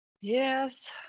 Yes